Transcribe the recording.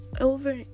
over